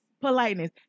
Politeness